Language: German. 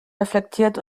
reflektiert